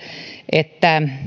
että